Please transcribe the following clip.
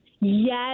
Yes